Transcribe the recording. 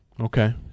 Okay